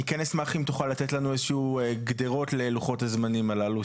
אני כן אשמח אם תוכל לתת לנו איזה שהוא גדרות ללוחות הזמנים אללו,